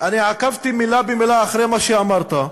אני עקבתי מילה במילה אחרי מה שאמרת,